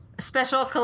Special